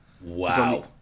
wow